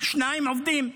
שניים עובדים.